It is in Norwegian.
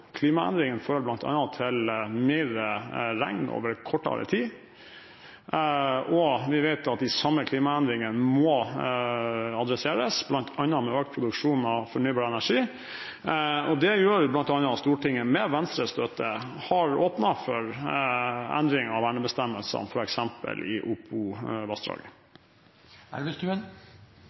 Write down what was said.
til mer regn over kortere tid, og vi vet at de samme klimaendringene må adresseres, bl.a. med økt produksjon av fornybar energi. Det gjør bl.a. at Stortinget, med Venstres støtte, har åpnet for endring av vernebestemmelsene f.eks. i